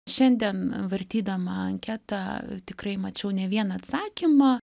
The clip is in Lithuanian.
šiandien vartydama anketą tikrai mačiau ne vieną atsakymą